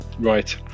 Right